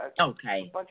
Okay